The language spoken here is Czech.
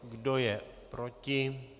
Kdo je proti?